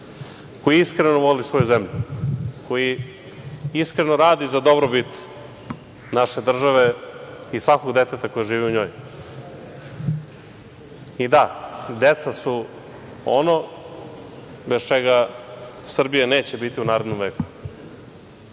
koji iskreno voli svoju zemlju, koji iskreno radi za dobrobit naše države i svakog deteta koje živi u njoj. I da, deca su ono bez čega Srbije neće biti u narednom veku.